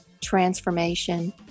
transformation